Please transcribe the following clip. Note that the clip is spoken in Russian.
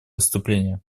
выступление